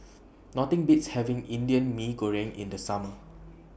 Nothing Beats having Indian Mee Goreng in The Summer